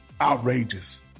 outrageous